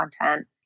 content